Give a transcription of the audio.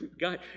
God